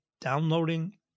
downloading